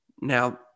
Now